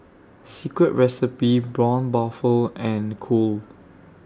Secret Recipe Braun Buffel and Cool